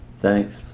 thanks